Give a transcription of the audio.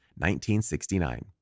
1969